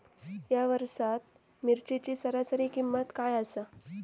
या वर्षात मिरचीची सरासरी किंमत काय आसा?